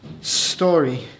story